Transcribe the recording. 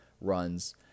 runs